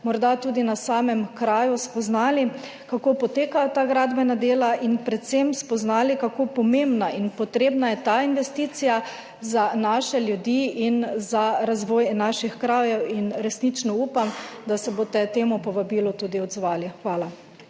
morda tudi na samem kraju spoznali, kako potekajo ta gradbena dela, in predvsem spoznali, kako pomembna in potrebna je ta investicija za naše ljudi in za razvoj naših krajev. Resnično upam, da se boste temu povabilu odzvali. Hvala.